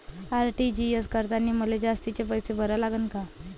RTGS करतांनी मले जास्तीचे पैसे भरा लागन का?